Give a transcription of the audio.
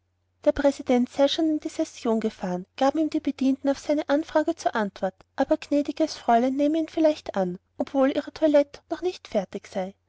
der präsident sei schon in die session gefahren gaben ihm die bedienten auf seine anfrage zur antwort aber gnädiges fräulein nehme ihn vielleicht an obwohl ihre toilette noch nicht fertig sei